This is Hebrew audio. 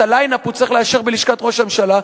הליין-אפ הוא צריך לאשר בלשכת ראש הממשלה,